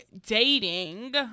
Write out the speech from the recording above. dating